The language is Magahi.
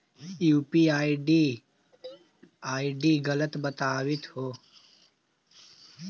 ई यू.पी.आई आई.डी गलत बताबीत हो